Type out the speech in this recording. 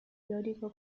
teórico